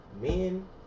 men